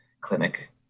clinic